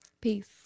Peace